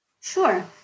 Sure